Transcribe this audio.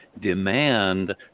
demand